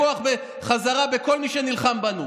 אנחנו נילחם בכוח חזרה בכל מי שנלחם בנו.